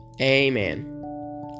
Amen